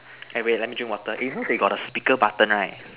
eh wait let me drink water eh you know they got a speaker button right